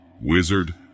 Wizard